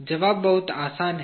जवाब बहुत आसान है